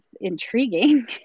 intriguing